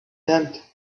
tenth